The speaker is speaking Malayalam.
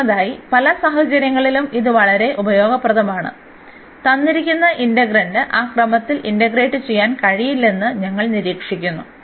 ഒന്നാമതായി പല സാഹചര്യങ്ങളിലും ഇത് വളരെ ഉപയോഗപ്രദമാണ് തന്നിരിക്കുന്ന ഇന്റെഗ്രന്റ് ആ ക്രമത്തിൽ ഇന്റഗ്രേറ്റ് ചെയ്യാൻ കഴിയില്ലെന്ന് ഞങ്ങൾ നിരീക്ഷിക്കുന്നു